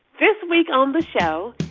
this week on the show,